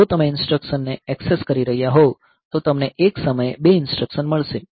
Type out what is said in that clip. જો તમે ઇન્સટ્રકશનને ઍક્સેસ કરી રહ્યાં હોવ તો તમને એક સમયે બે ઇન્સટ્રકશન મળશે